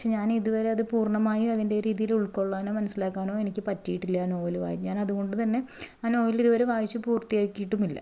പക്ഷേ ഞാൻ ഇതുവരെ അത് പൂര്ണ്ണമായും അതിന്റെ രീതിയിൽ ഉൾക്കൊള്ളാനോ മനസ്സിലാക്കാനോ എനിക്ക് പറ്റിയിട്ടില്ല ആ നോവൽ വായ് ഞാൻ അതുകൊണ്ടുതന്നെ ആ നോവൽ ഇതുവരെ വായിച്ചു പൂര്ത്തിയാക്കിയിട്ടുമില്ല